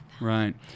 Right